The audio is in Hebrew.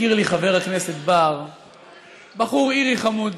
הכיר לי חבר הכנסת בר בחור אירי חמוד,